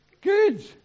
Good